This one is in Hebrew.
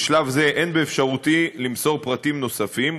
בשלב זה אין באפשרותי למסור פרטים נוספים,